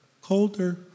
colder